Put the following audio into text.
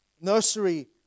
nursery